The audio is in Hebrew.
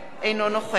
בעד